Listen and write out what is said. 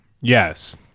Yes